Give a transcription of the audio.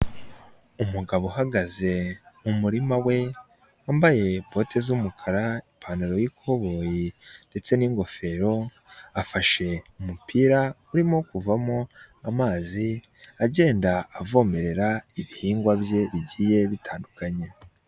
Umugabo uhagaze mu murima we, wambaye ikote z'umukara, ipantaro y'ikoboyi ndetse n'ingofero, afashe umupira urimo kuvamo amazi, agenda avomerera ibihingwa bye bigiye bitandukanye.